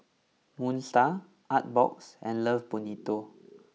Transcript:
Moon Star Artbox and Love Bonito